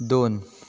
दोन